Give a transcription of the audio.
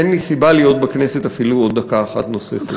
אין לי סיבה להיות בכנסת אפילו דקה אחת נוספת.